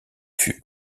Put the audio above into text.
fut